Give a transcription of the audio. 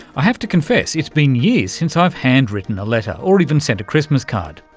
i have to confess it's been years since i've hand-written a letter or even sent a christmas card.